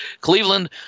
Cleveland